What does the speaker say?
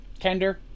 kender